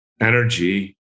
energy